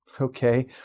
Okay